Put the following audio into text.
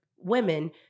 Women